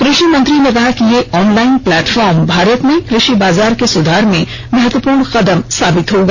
कृषि मंत्री ने कहा कि यह ऑनलाइन प्लेटफॉर्म भारत में कृषि बाजार के सुधार में महत्वपूर्ण कदम साबित होगा